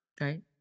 Right